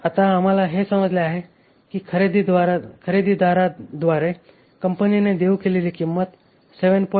तर आता आम्हाला हे समजले आहे की खरेदीदाराद्वारे कंपनीने देऊ केलेली किंमत 7